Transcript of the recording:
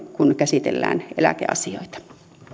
kun käsitellään eläkeasioita